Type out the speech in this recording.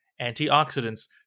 antioxidants